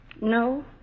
No